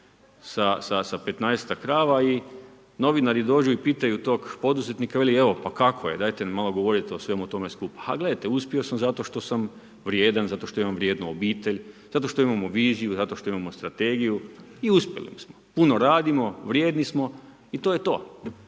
sa 15-ak krava i novinari dođu i pitaju tog poduzetnika, veli evo, pa kako je? Dajte nam malo govorite o svemu tome skupa. Ha gledajte, uspio sam zato što sam vrijedan, zato što imam vrijednu obitelj, zato što imamo viziju, što imamo strategiju i uspjeli smo. Puno radimo, vrijedni smo i to je to.